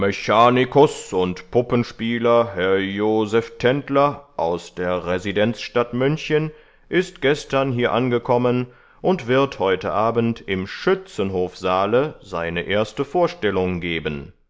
und puppenspieler herr joseph tendler aus der residenzstadt münchen ist gestern hier angekommen und wird heute abend im schützenhofsaale seine erste vorstellung geben